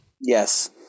Yes